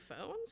phones